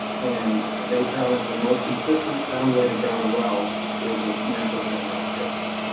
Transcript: and they found that the most consistent, sound way to grout a well is with natural bentonite chips.